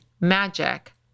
Magic